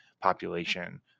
population